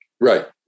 Right